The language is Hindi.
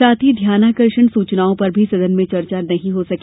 साथ ही ध्यानाकर्षण सूचनाओं पर भी सदन में चर्चा नहीं हो सकी